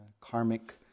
karmic